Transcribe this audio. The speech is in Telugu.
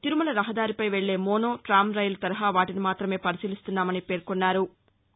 తిరుమల రహదారిపై వెళ్లే మోనో ట్రామ్ రైల్ తరహా వాటిని మాతమే పరిశీలిస్తున్నామన్నారు